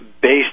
based